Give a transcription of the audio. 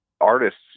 artists